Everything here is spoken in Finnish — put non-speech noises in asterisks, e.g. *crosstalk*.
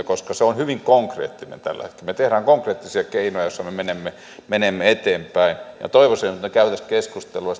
*unintelligible* koska se on hyvin konkreettinen tällä hetkellä me teemme konkreettisia keinoja joissa me menemme menemme eteenpäin ja toivoisin että me kävisimme keskustelua *unintelligible*